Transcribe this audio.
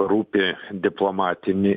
rūpi diplomatinį